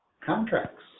contracts